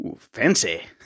Fancy